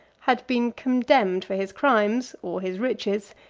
had been condemned for his crimes, or his riches,